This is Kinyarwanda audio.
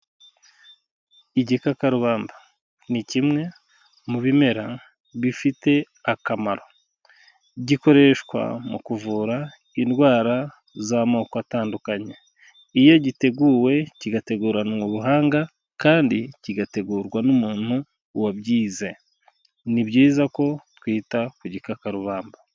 Igikakarubanda ni kimwe mu bimera bifite akamaro, gikoreshwa mu kuvura indwara z'amoko atandukanye, iyo giteguwe kigateguranwa ubuhanga kandi kigategurwa n'umuntu wabyize, ni byiza ko twita ku gikaka rubamba.